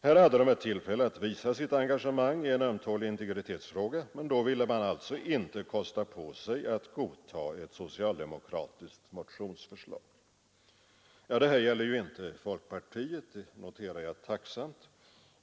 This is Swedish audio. Här hade de ett tillfälle att visa sitt engagemang i en ömtålig integritetsfråga, men då ville man alltså inte kosta på sig att godta ett socialdemokratiskt motionsförslag. Vad jag nu sagt gäller inte folkpartiet, det noterar jag tacksamt.